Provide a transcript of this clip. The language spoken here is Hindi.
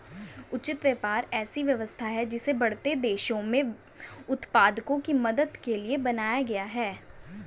उचित व्यापार ऐसी व्यवस्था है जिसे बढ़ते देशों में उत्पादकों की मदद करने के लिए बनाया गया है